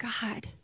God